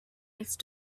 next